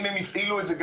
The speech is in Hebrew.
אם הם הפעילו את זה,